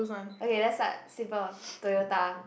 okay let's start simple Toyota